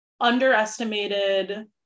underestimated